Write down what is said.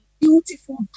beautiful